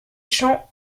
chants